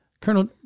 Colonel